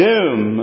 Doom